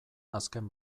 azken